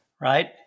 right